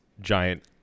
Giant